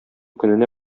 көненә